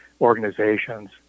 organizations